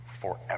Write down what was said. forever